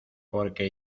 porque